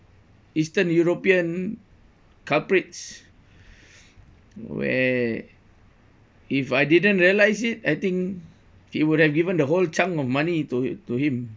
eastern european culprits where if I didn't realise it I think he would have given the whole chunk of money to to him